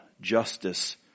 justice